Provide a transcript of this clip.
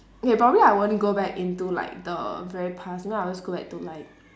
okay probably I won't go back into like the very past if not I will go back to like